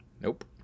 Nope